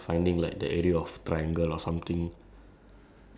like we are not using it on a daily basis with like for example math